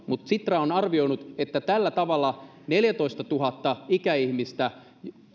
mutta sitra on arvioinut että tällä tavalla neljätoistatuhatta ikäihmistä